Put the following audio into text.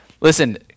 Listen